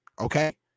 Okay